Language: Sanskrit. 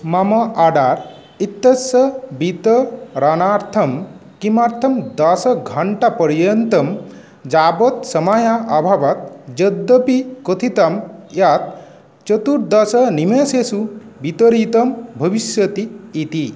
मम आर्डर् इत्यस्स वितरणार्थम् किमर्थं दशघण्टापर्यन्तम् यावत् समयः अभवत् यद्यपि कथितं यत् चतुर्दशनिमेशेसु वितरितं भविष्यति इति